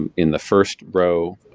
um in the first row,